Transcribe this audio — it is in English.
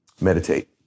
Meditate